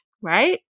Right